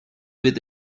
with